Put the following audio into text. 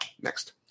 Next